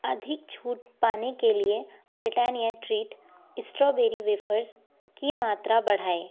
अधिक छूट पाने के लिए ब्रिटैनिया ट्रीट स्ट्रॉबेरी वेफ़र्स की मात्रा बढ़ाएँ